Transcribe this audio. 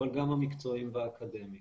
אבל גם המקצועיים והאקדמיים